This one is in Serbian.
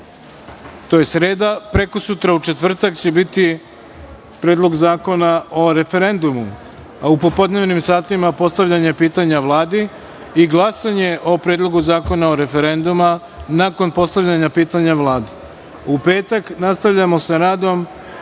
To je sreda. Prekosutra, u četvrtak će biti Predlog zakona o referendumu, a u popodnevnim satima postavljanje pitanja Vladi i glasanje o Predlogu zakona o referendumu nakon postavljanja pitanja Vladi. U petak nastavljamo sa radom